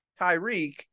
Tyreek